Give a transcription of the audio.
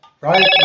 Right